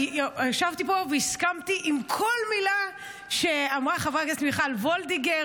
כי ישבתי פה והסכמתי לכל מילה שאמרה חברת הכנסת מיכל וולדיגר